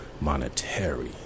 monetary